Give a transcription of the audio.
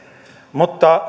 mutta